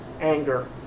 anger